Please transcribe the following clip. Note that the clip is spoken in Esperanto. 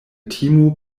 timu